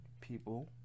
People